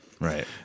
Right